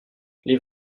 les